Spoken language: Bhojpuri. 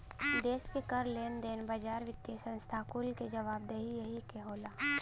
देस के कर, लेन देन, बाजार, वित्तिय संस्था कुल क जवाबदेही यही क होला